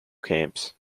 camps